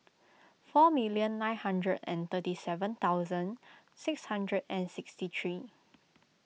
four million nine hundred and thirty seven thousand six hundred and sixty three